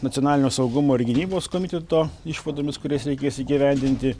nacionalinio saugumo ir gynybos komiteto išvadomis kurias reikės įgyvendinti